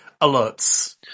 alerts